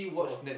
oh